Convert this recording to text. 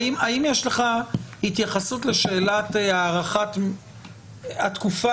האם יש לך התייחסות לשאלת הערכת התקופה